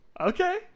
Okay